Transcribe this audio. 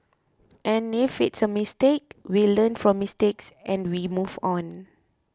and if it's a mistake we learn from mistakes and we move on